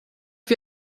wie